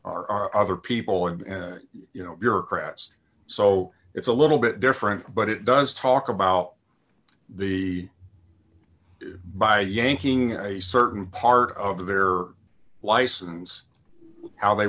our other people and you know bureaucrats so it's a little bit different but it does talk about the by yanking a certain part of their license how they